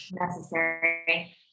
Necessary